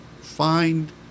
find